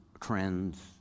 trends